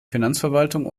finanzverwaltung